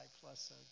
plus